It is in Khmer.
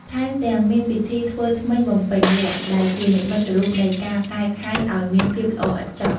ថែមទាំង មានពិធីធ្វើធ្មេញបំពេញលក្ខណ៍ ដែលជានិមិត្តរូបនៃការកែខៃឱ្យមានភាពល្អឥតខ្ចោះ។